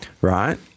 right